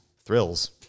thrills